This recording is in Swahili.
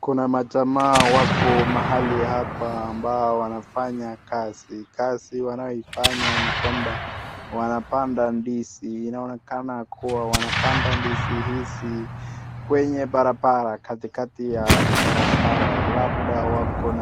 Kuna majamaa wako mahali hapa ambao wanafanya kazi. Kazi wanaoifanya ni kwamba wanapanda ndizi inaonekana kuwa wanapanda ndizi hizi kwenye barabara katikati ya barabara labda wako